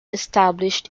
established